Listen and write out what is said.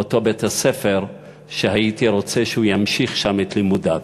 באותו בית-הספר שהייתי רוצה שהוא ימשיך שם את לימודיו.